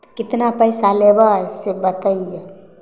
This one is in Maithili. तऽ कितना पैसा लेबै से बतैयौ